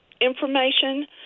information